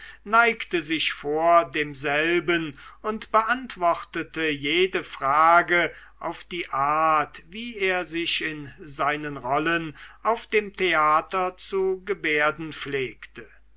neigte sich vor demselben und beantwortete jede frage auf die art wie er sich in seinen rollen auf dem theater zu gebärden pflegte